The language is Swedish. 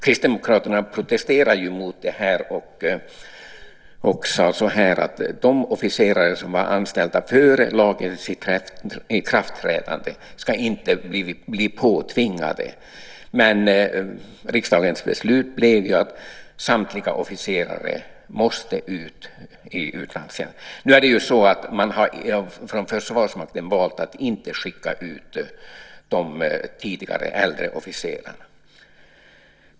Kristdemokraterna protesterade mot detta och sade att de officerare som var anställda före lagens ikraftträdande inte ska bli påtvingade detta. Men riksdagens beslut blev att samtliga officerare måste ut i utlandstjänst. Från Försvarsmakten har man förvisso valt att inte skicka ut tidigare, äldre, officerare.